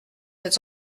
êtes